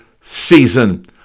season